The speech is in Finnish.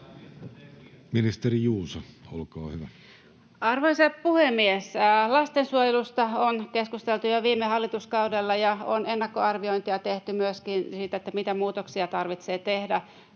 Ministeri Juuso, olkaa hyvä. Arvoisa puhemies! Lastensuojelusta on keskusteltu jo viime hallituskaudella, ja on myöskin tehty ennakkoarviointia siitä, mitä muutoksia tarvitsee tehdä.